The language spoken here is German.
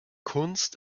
kunst